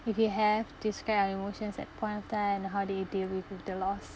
if you have describe your emotions that point of time and how do you deal with the loss